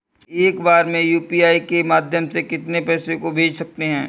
एक बार में यू.पी.आई के माध्यम से कितने पैसे को भेज सकते हैं?